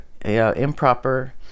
improper